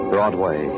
Broadway